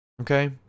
Okay